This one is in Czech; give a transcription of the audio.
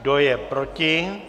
Kdo je proti?